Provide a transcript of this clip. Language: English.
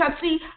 see